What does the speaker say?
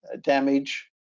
damage